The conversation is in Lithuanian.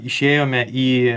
išėjome į